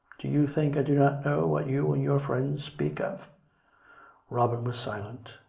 do you think i do not know what you and your friends speak of robin was silent.